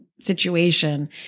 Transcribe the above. situation